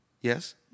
yes